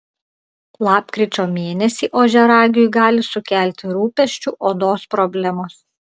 lapkričio mėnesį ožiaragiui gali sukelti rūpesčių odos problemos